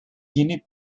yeni